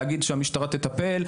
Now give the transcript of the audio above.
להגיד שהמשטרה תטפל.